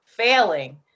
Failing